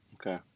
Okay